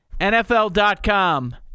NFL.com